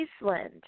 Iceland